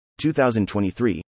2023